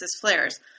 flares